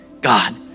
God